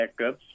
backups